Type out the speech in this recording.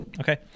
Okay